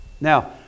now